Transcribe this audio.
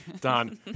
Done